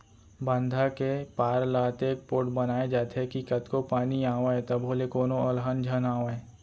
बांधा के पार ल अतेक पोठ बनाए जाथे के कतको पानी आवय तभो ले कोनो अलहन झन आवय